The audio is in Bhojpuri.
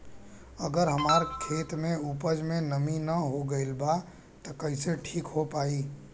अगर हमार खेत में उपज में नमी न हो गइल बा त कइसे ठीक हो पाई?